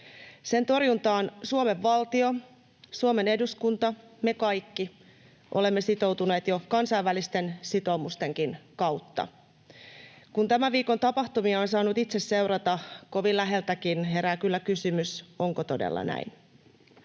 Sen torjuntaan Suomen valtio, Suomen eduskunta, me kaikki olemme sitoutuneet jo kansainvälisten sitoumustenkin kautta. Kun tämän viikon tapahtumia on saanut itse seurata kovin läheltäkin, herää kyllä kysymys, onko todella näin.